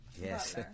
Yes